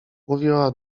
mówiła